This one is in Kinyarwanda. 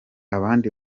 abandi